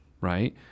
right